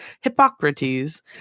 Hippocrates